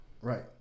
right